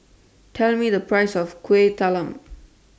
Tell Me The Price of Kueh Talam